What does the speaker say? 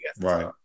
right